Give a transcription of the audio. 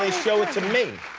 ah show it to me?